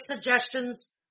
suggestions